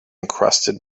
encrusted